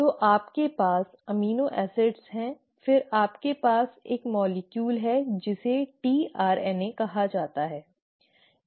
तो आपके पास अमीनो एसिड हैं और फिर आपके पास एक अणु है जिसे tRNA कहा जाता है